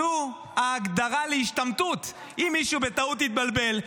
זו ההגדרה להשתמטות, אם מישהו בטעות התבלבל.